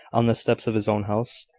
on the steps of his own house.